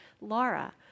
Laura